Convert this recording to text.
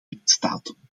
lidstaten